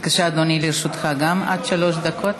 בבקשה, אדוני, גם לרשותך עד שלוש דקות.